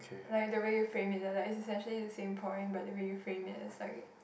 like the way you frame it like like it's essentially the same point but when you frame it it's like